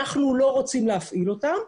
אנחנו לא רוצים להפעיל אותם,